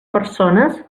persones